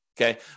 Okay